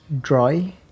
dry